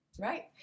Right